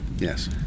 Yes